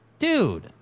Dude